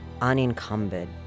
unencumbered